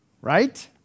right